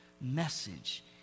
message